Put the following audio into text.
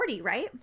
right